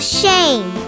shame